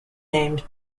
named